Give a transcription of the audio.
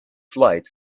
flight